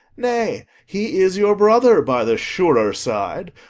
nay, he is your brother by the surer side,